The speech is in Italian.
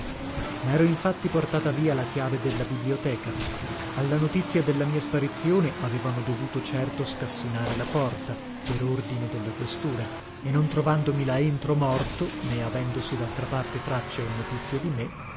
mero infatti portata via la chiave della biblioteca alla notizia della mia sparizione avevano dovuto certo scassinare la porta per ordine della questura e non trovandomi là entro morto né avendosi daltra parte tracce o notizie di me